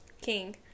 King